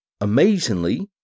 Amazingly